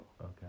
okay